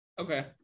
Okay